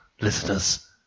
listeners